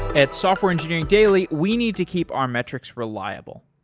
at software engineering daily, we need to keep our metrics reliable.